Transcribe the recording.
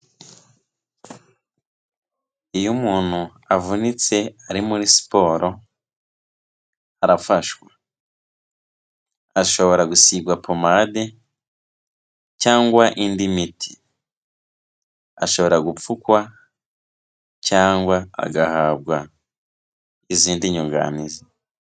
Iyo umuntu avunitse ari muri siporo arafashwa, ashobora gusigwa pomade cyangwa indi miti, ashobora gupfukwa cyangwa agahabwa izindi nyunganizi.